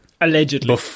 Allegedly